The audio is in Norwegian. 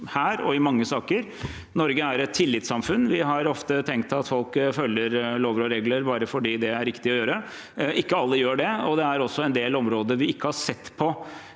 saker – er at Norge er et tillitssamfunn. Vi har ofte tenkt at folk følger lover og regler bare fordi det er riktig å gjøre. Ikke alle gjør det. Det er også en del områder vi mentalt sett